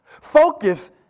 Focus